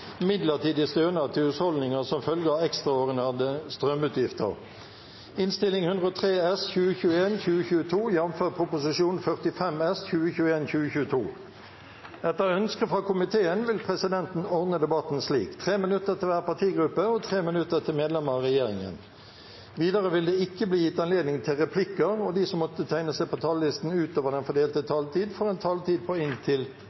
vil presidenten ordne debatten slik: 3 minutter til hver partigruppe og 3 minutter til medlemmer av regjeringen. Videre vil det ikke bli gitt anledning til replikker, og de som måtte tegne seg på talerlisten utover den fordelte taletid, får også en taletid på inntil